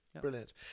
Brilliant